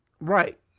Right